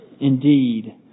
indeed